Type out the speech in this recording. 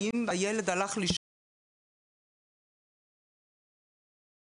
האם ילד הלך לישון בלי לאכול,